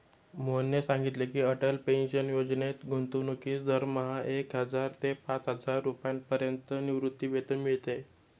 मोहनने सांगितले की, अटल पेन्शन योजनेत गुंतवणूकीस दरमहा एक हजार ते पाचहजार रुपयांपर्यंत निवृत्तीवेतन मिळते